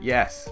Yes